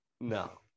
no